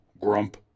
grump